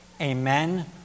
amen